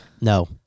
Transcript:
no